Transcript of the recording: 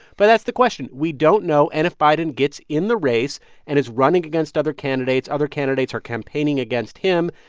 but that's the question. we don't know. and if biden gets in the race and is running against other candidates, other candidates are campaigning against him,